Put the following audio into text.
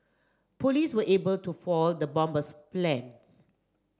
police were able to foil the bomber's plan